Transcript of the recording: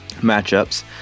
matchups